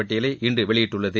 பட்டியலை இன்று வெளியிட்டுள்ளது